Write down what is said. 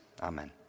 Amen